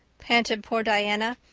panted poor diana.